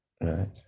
right